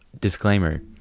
Disclaimer